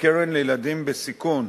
הקרן לילדים בסיכון,